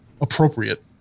appropriate